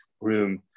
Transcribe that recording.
room